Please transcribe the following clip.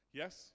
yes